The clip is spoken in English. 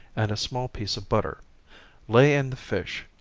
and a small piece of butter lay in the fish,